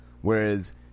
Whereas